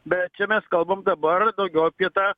bet čia mes kalbame dabar daugiau apie tą